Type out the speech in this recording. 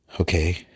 okay